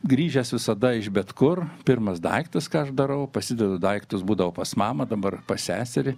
grįžęs visada iš bet kur pirmas daiktas ką aš darau pasidedu daiktus būdavo pas mamą dabar pas seserį